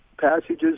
passages